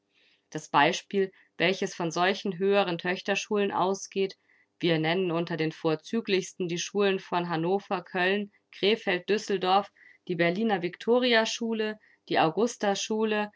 das beispiel welches von solchen höheren töchterschulen ausgeht wir nennen unter den vorzüglichsten die schulen von hannover köln crefeld düsseldorf die berliner victoriaschule die